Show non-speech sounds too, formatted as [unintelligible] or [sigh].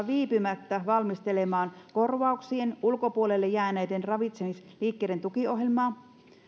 [unintelligible] viipymättä valmistelemaan korvauksien ulkopuolelle jääneiden ravitsemusliikkeiden tukiohjelmaa